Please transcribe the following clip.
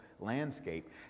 landscape